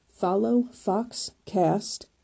followfoxcast